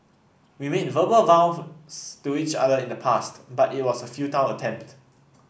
we made verbal vows to each other in the past but it was a futile attempt